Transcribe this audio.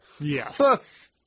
Yes